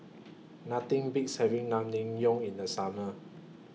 Nothing Beats having Naengmyeon in The Summer